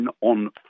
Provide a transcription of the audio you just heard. on